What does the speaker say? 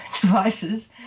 devices